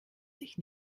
sich